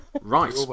Right